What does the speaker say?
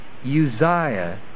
Uzziah